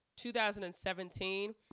2017